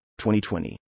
2020